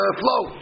flow